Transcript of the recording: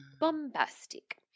Bombastic